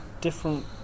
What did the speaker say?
different